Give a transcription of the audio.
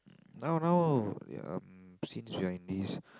now now um since we are in this